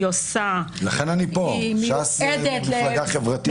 לכן אני פה, ש"ס מפלגה חברתית.